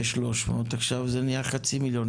ב-300,000 עכשיו זה נהיה חצי מיליון.